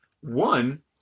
one